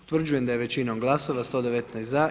Utvrđujem da je većinom glasova 119 za